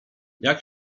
jak